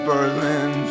Berlin